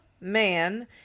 man